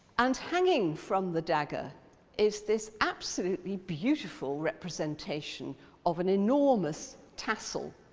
and hanging from the dagger is this absolutely beautiful representation of an enormous tassel.